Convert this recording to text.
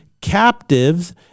captives